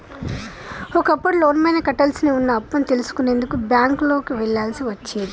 ఒకప్పుడు లోనుపైన కట్టాల్సి వున్న అప్పుని తెలుసుకునేందుకు బ్యేంకుకి వెళ్ళాల్సి వచ్చేది